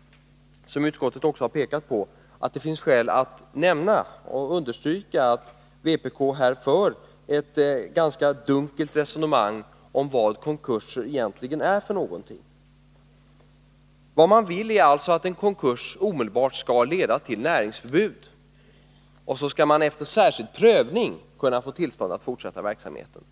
— som utskottet också pekat på — tycker jag att det finns skäl att understryka att vpk här för ett ganska dunkelt resonemang om vad konkurser egentligen är. Vad vpk vill är att konkurs omedelbart skall leda till näringsförbud och att tillstånd till fortsatt verksamhet skall kunna ges efter särskild prövning.